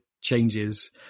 changes